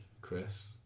Chris